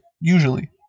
usually